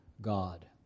God